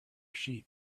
sheep